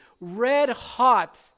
red-hot